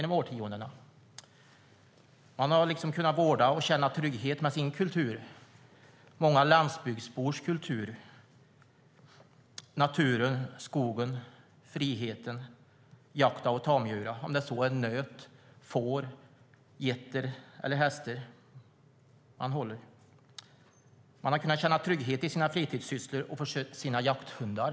Man har kunnat vårda och känna trygghet med sin kultur, landsbygdsbygdens kultur - naturen, skogen, friheten, jakten och tamdjuren, oavsett om det är nöt, får, getter eller hästar som man håller. Man har kunnat känna trygghet i sina fritidssysslor och för sina jakthundar.